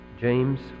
James